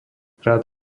rad